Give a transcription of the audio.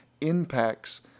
impacts